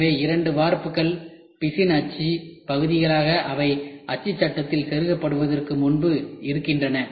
எனவே இரண்டு வார்ப்பு பிசின் அச்சு பகுதிகளாக அவை அச்சு சட்டத்தில் செருகப்படுவதற்கு முன்பு இருக்கின்றன